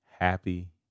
happy